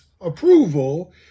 approval